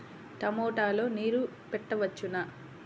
టమాట లో నీరు పెట్టవచ్చునా?